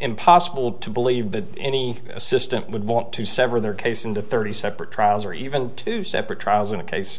impossible to believe that any assistant would want to sever their case into thirty separate trials or even two separate trials in a case